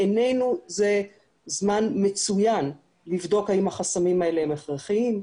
בעינינו זה זמן מצוין לבדוק האם החסמים האלה הם הכרחיים,